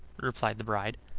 replied the bride,